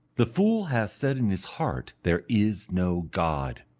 the fool hath said in his heart, there is no god,